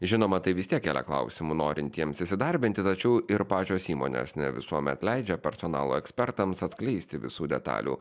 žinoma tai vis tiek kelia klausimų norintiems įsidarbinti tačiau ir pačios įmonės ne visuomet leidžia personalo ekspertams atskleisti visų detalių